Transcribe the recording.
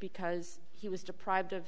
because he was deprived of